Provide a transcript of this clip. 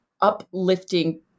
uplifting